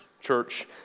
church